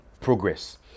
progress